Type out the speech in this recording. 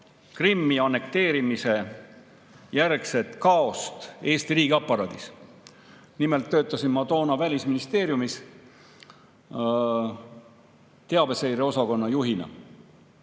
Krimmi annekteerimise järgset kaost Eesti riigiaparaadis. Nimelt, ma töötasin toona Välisministeeriumis teabeseire osakonna juhina.